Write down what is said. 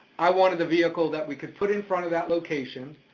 i wanted a vehicle that we could put in front of that location,